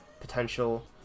potential